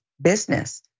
business